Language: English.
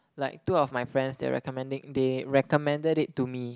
like two of my friends they are recommending they recommended it to me